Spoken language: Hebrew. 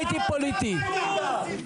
ושתיים איך הוא מיטיב עם עצמו?